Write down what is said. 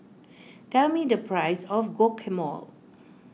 tell me the price of Guacamole